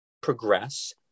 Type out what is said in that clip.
progress